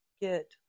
get